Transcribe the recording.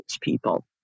people